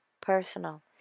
personal